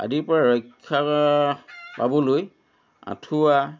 আদিৰ পৰা ৰক্ষা পাবলৈ আঁঠুৱা